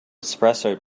espresso